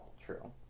True